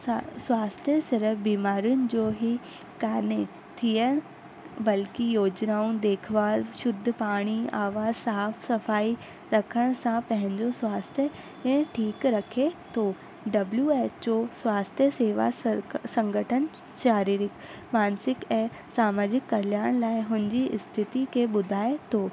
सा स्वास्थ्य सिर बीमारियुनि जो ई कान्हे थिए बल्कि योजनाऊं देखभाल शुद्ध पाणी हवा साफ़ु सफ़ाई रखण सां पंहिंजो स्वास्थ्य ऐं ठीकु रखे थो डब्लू एच ओ स्वास्थ्य सेवा सरक संगठन शारीरिक मानसिक ऐं सामाजिक कल्याण लाइ हुन जी स्थिति खे ॿुधाए थो